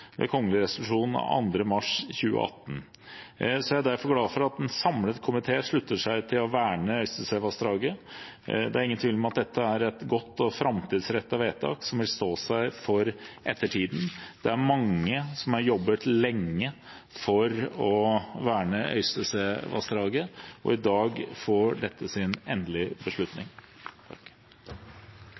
ved kgl. res. av 2. mars 2018. Så jeg er derfor glad for at en samlet komité slutter seg til å verne Øystesevassdraget. Det er ingen tvil om at dette er et godt og framtidsrettet vedtak, som vil stå seg for ettertiden. Det er mange som har jobbet lenge for å verne Øystesevassdraget, og i dag får dette sin